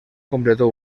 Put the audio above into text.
completó